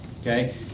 Okay